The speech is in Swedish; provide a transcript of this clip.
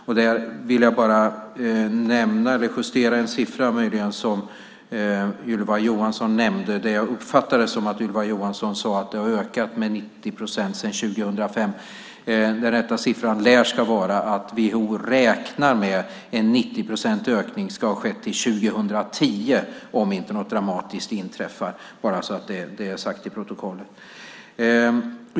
Jag vill bara justera en siffra som Ylva Johansson nämnde. Jag uppfattade det som att Ylva Johansson sade att det hela har ökat med 90 procent sedan 2005. Den rätta siffran lär vara att WHO räknar med att en 90-procentig ökning ska ha skett till 2010 om inte något dramatiskt inträffar. Jag vill bara få det sagt för protokollets skull.